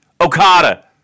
Okada